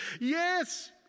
yes